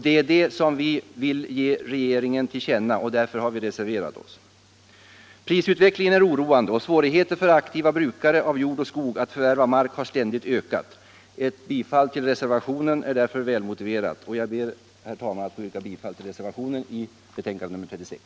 Det är detta som vi vill ge regeringen till känna, och därför har vi reserverat oss. Prisutvecklingen är oroande, och svårigheterna för aktiva brukare av jord och skog att förvärva mark har ständigt ökat. Ett bifall till reservationen är därför välmotiverat. Jag ber, herr talman, att få yrka bifall till reservationen vid jordbruksutskottets betänkande nr 36.